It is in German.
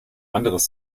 anderes